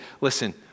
listen